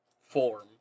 form